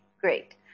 great